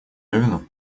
левину